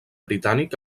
britànic